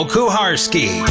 Kuharski